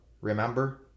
Remember